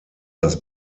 das